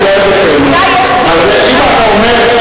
ברגע שאתה אומר,